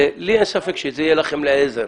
לי אין ספק שזה יהיה לכם לעזר,